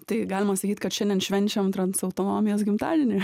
tai galima sakyt kad šiandien švenčiam trans autonomijos gimtadienį